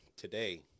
Today